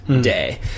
day